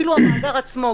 אפילו המאגר עצמו,